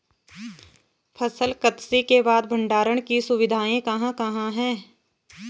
फसल कत्सी के बाद भंडारण की सुविधाएं कहाँ कहाँ हैं?